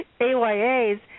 AYAs